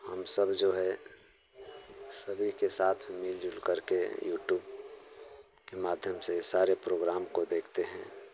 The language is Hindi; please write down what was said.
हम सब जो है सभी के साथ मिल जुल करके यूटूब के माध्यम से सारे प्रोग्राम को देखते हैं